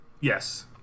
Yes